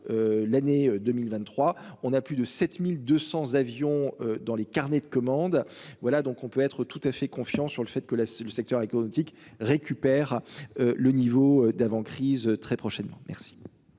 L'année 2023, on a plus de 7200 avions dans les carnets de commandes. Voilà donc on peut être tout à fait confiant sur le fait que la le secteur économique récupère. Le niveau d'avant-crise crise très prochainement. Merci.